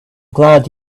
glad